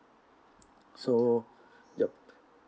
so yup